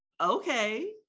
Okay